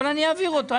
אבל אני אעביר אותו.